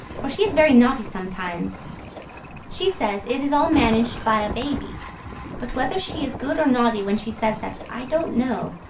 for she is very naughty sometimes she says it is all managed by a baby but whether she is good or naughty when she says that, i don't know.